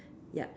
yup